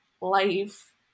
life